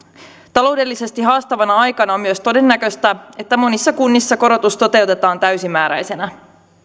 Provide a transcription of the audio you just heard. taloudellisesti haastavana aikana on myös todennäköistä että monissa kunnissa korotus toteutetaan täysimääräisenä